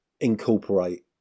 incorporate